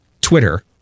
twitter